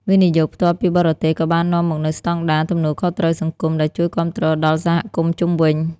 វិនិយោគផ្ទាល់ពីបរទេស ក៏បាននាំមកនូវស្ដង់ដារ "ទំនួលខុសត្រូវសង្គម" ដែលជួយគាំទ្រដល់សហគមន៍ជុំវិញ។